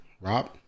Rob